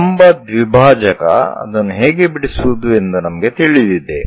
ಲಂಬ ದ್ವಿಭಾಜಕ ಅದನ್ನು ಹೇಗೆ ಬಿಡಿಸುವುದು ಎಂದು ನಮಗೆ ತಿಳಿದಿದೆ